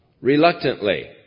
reluctantly